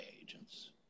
agents